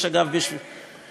השר אלקין,